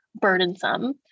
burdensome